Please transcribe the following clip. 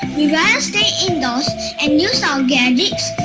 we rather stay indoors and use ah gadgets.